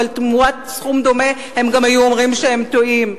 אבל תמורת סכום דומה הם גם היו אומרים שהם טועים.